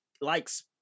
likes